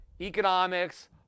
economics